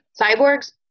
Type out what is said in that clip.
Cyborgs